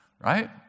right